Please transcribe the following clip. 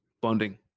bonding